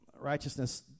righteousness